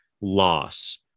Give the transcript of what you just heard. loss